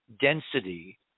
density